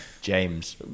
James